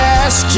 ask